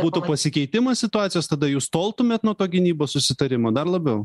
būtų pasikeitimas situacijos tada jūs toltumėt nuo to gynybos susitarimo dar labiau